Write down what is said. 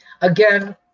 Again